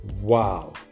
Wow